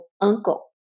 uncle